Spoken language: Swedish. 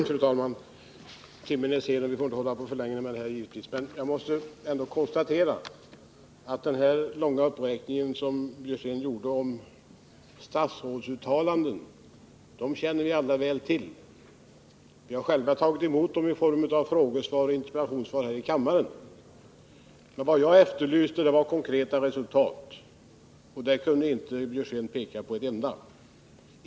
Fru talman! Några ord till Karl Björzén. Vi får givetvis inte hålla på för länge, men jag måste konstatera att den långa rad av statsrådsuttalanden som Karl Björzén räknade upp känner vi alla väl till. Vi har själva tagit emot dessa uttalanden i form av frågeoch interpellationssvar här i kammaren. Men vad jag efterlyste var konkreta resultat, och där kunde inte Karl Björzén peka på ett enda.